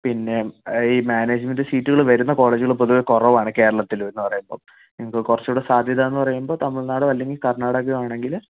പിന്നെ ഈ മാനേജ്മെന്റ് സീറ്റുകൾ വരുന്ന കോളേജുകൾ പൊതുവെ കുറവാണ് കേരളത്തിൽ എന്ന് പറയുമ്പോൾ നിങ്ങൾക്ക് കുറച്ചൂടെ സാധ്യത എന്ന് പറയുമ്പോൾ തമിഴ്നാടോ അല്ലങ്കിൽ കർണാടകയോ ആണെങ്കില്